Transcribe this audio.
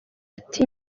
ati